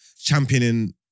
championing